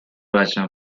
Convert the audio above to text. بچم